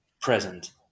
present